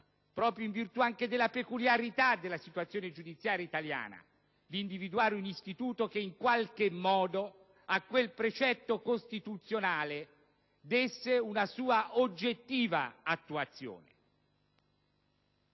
proprio in virtù anche della peculiarità della situazione giudiziaria italiana, di individuare un istituto che in qualche modo a quel precetto costituzionale desse una sua oggettiva attuazione.